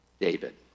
David